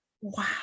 Wow